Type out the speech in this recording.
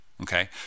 okay